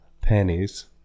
pennies